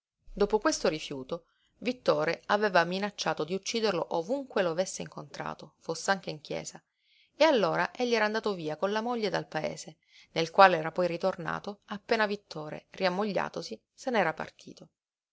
dopo questo rifiuto vittore aveva minacciato di ucciderlo ovunque lo avesse incontrato foss'anche in chiesa e allora egli era andato via con la moglie dal paese nel quale era poi ritornato appena vittore riammogliatosi se n'era partito